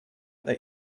that